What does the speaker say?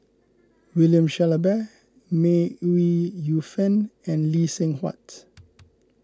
William Shellabear May Ooi Yu Fen and Lee Seng Huat